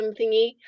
thingy